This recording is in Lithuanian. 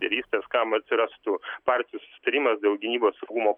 lyderystės kam atsirastų partijų sutarimas dėl gynybos saugumo